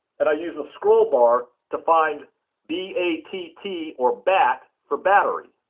and i use the scroll bar to find b a t t or batt for battery.